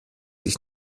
ich